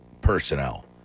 personnel